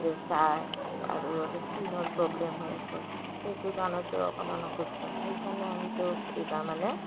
pressure আৰু স্কিনৰ problem হৈ আছে সেইটো কাৰণে তেওঁ অকণমান অসুস্থ সেইকাৰণে আমি তেওঁক এইবাৰ মানে